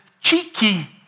cheeky